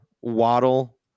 waddle